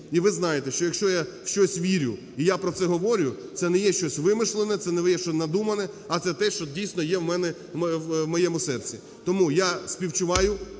і ви знаєте, що якщо я в щось вірю і я про це говорю, це не є щось вимишлене, це не є щось надумане, а це те, що дійсно є у мене в моєму серці. Тому я співчуваю